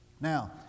Now